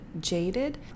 jaded